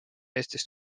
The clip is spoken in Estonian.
eestist